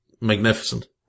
magnificent